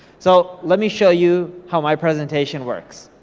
so, let me show you how my presentation works.